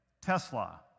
Tesla